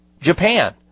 Japan